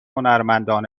هنرمندان